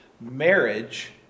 Marriage